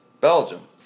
Belgium